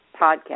podcast